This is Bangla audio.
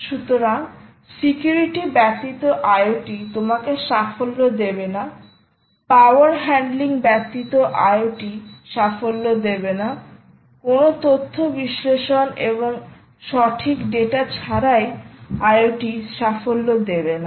সুতরাং সিকিউরিটি ব্যতীত IoT তোমাকে সাফল্য দেবেনা পাওয়ার হ্যান্ডলিং ব্যতীত IoT সাফল্য দেবেনা কোন তথ্য বিশ্লেষণ এবং সঠিক ডেটা ছাড়াই IoT সাফল্য দেবেনা